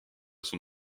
son